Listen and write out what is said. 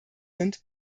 sind